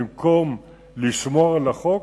במקום לשמור על החוק,